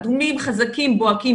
אדומים חזקים בוהקים,